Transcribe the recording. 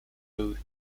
booth